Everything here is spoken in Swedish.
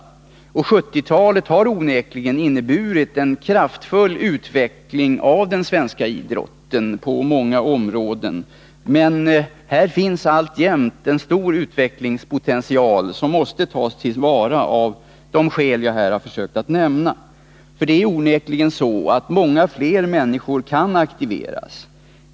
1970-talet har onekligen inneburit en kraftfull utveckling av den svenska idrotten på många områden, men här finns alltjämt en stor utvecklingspotential som av de skäl jag nämnt måste tas till vara. Många fler människor kan nämligen aktiveras.